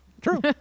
true